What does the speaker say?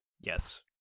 Yes